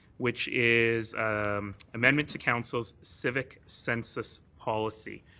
which is amendment to council's civic census policy.